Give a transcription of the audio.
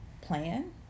plan